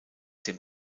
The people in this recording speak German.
dem